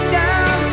down